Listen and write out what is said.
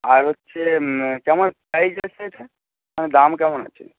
আর হচ্ছে কেমন প্রাইস আছে এটার দাম কেমন আছে